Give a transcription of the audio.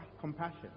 compassion